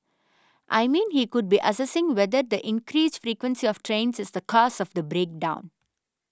I mean he could be assessing whether the increased frequency of trains is the cause of the break down